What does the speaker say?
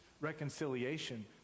reconciliation